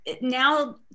now